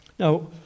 now